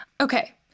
okay